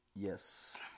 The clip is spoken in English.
Yes